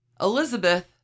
Elizabeth